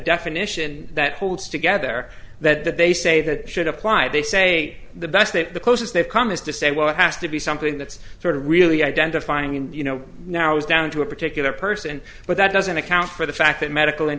definition that holds together that that they say that should apply they say the best that the closest they've come is to say well it has to be something that's sort of really identifying and you know now it's down to a particular person but that doesn't account for the fact that medical and